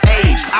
age